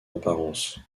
apparence